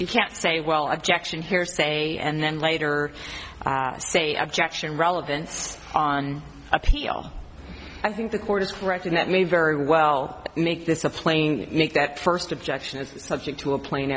you can't say well objection hearsay and then later say objection relevance on appeal i think the court is writing that may very well make this a plane make that first objection is subject to a pla